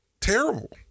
Terrible